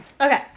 Okay